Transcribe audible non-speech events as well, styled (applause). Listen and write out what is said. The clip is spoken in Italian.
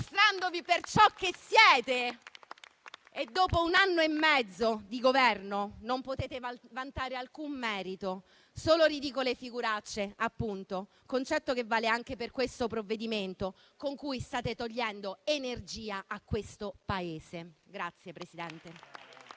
mostrandovi per ciò che siete. Dopo un anno e mezzo di Governo, potete vantare nessun merito, ma solo ridicole figuracce, un concetto che vale anche per questo provvedimento con cui state togliendo energia al Paese. (applause)